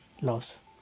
loss